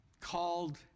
called